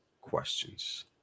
questions